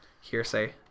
hearsay